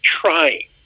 trying